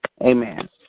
Amen